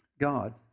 God